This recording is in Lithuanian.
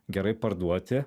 gerai parduoti